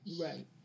Right